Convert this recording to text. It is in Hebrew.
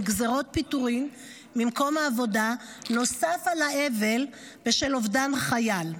גזרת פיטורים ממקום העבודה נוסף על האבל בשל אובדן החייל.